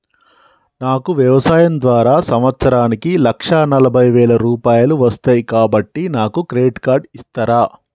నాకు వ్యవసాయం ద్వారా సంవత్సరానికి లక్ష నలభై వేల రూపాయలు వస్తయ్, కాబట్టి నాకు క్రెడిట్ కార్డ్ ఇస్తరా?